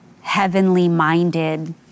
heavenly-minded